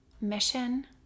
mission